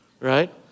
right